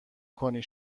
کنی